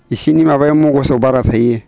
इसिनि माबायाव मगसाव बारा थायो